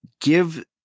give